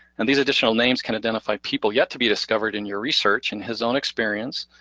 and these additional names can identify people yet to be discovered in your research, in his own experience.